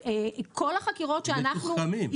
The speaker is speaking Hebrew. מתוחכמים.